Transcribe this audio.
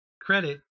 credit